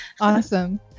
Awesome